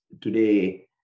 today